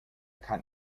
kann